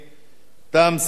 תם סדר-היום.